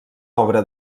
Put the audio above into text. obra